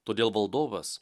todėl valdovas